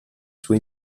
sua